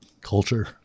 Culture